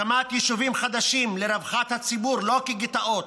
הקמת יישובים חדשים לרווחת הציבור, לא כגטאות,